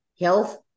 health